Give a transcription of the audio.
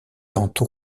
entre